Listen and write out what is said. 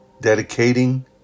Dedicating